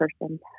person